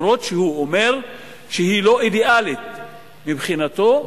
אם כי הוא אומר שהיא לא אידיאלית מבחינתו,